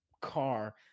car